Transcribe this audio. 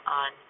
on